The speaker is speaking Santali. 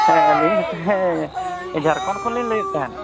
ᱦᱮᱸ ᱞᱟᱹᱭᱮᱫ ᱛᱟᱦᱮᱸᱫ ᱡᱷᱟᱲᱠᱷᱚᱸᱰ ᱠᱷᱚᱱᱞᱤᱧ ᱞᱟᱹᱭᱮᱫ ᱛᱟᱦᱮᱱ